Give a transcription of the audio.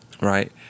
right